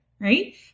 Right